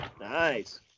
Nice